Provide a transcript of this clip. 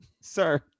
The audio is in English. sir